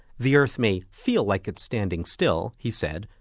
the earth may feel like it's standing still, he said,